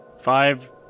Five